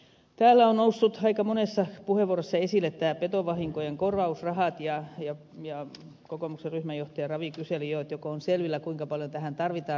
täällä ovat nousseet aika monessa puheenvuorossa esille nämä petovahinkojen korvausrahat ja kokoomuksen ryhmänjohtaja ravi kyseli joko on selvillä kuinka paljon tähän tarvitaan rahaa